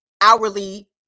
hourly